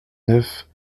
neuf